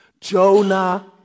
Jonah